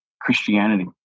Christianity